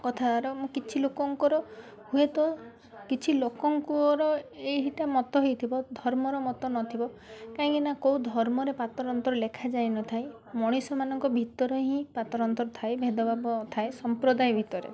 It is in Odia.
କଥାର ମୁଁ କିଛି ଲୋକଙ୍କର ହୁଏ ତ କିଛି ଲୋକଙ୍କର ଏଇଟା ମତ ହେଇଥିବ ଧର୍ମର ମତ ନଥିବ କାହିଁକି ନା କେଉଁ ଧର୍ମରେ ପାତର ଅନ୍ତର ଲେଖା ଯାଇନଥାଏ ମଣିଷ ମାନଙ୍କ ଭିତରେ ହିଁ ପାତର ଅନ୍ତର ଥାଏ ଭେଦଭାବ ଥାଏ ସମ୍ପ୍ରଦାୟ ଭିତରେ